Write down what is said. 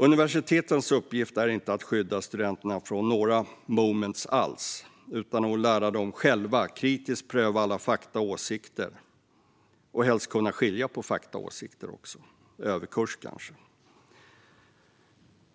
Universitetens uppgift är inte att skydda studenterna från några "moments" alls utan att lära dem att själva kritiskt pröva alla fakta och åsikter - helst också att kunna skilja på fakta och åsikter, fast det kanske är överkurs.